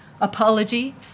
apology